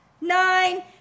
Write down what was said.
nine